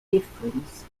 difference